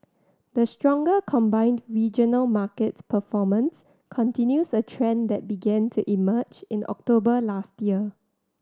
the stronger combined regional markets performance continues a trend that began to emerge in October last year